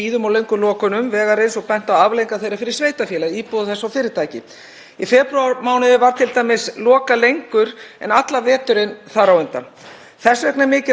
Þess vegna er mikilvægt að fá þessa umræðu hingað inn í þingsal og við höfum aðeins rætt þetta áður, ég og hæstv. ráðherra, en ég vil aðeins fá betri svör þannig að við getum fengið að vita meira um framhaldið.